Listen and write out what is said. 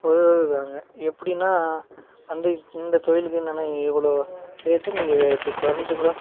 உதவுவாங்கள் எப்படின்னா அந்த இந்த தொழிலுக்கு என்னென்னா இவ்வளோ ரேட்டு நீங்கள் இப்படி குறஞ்சிக்கூட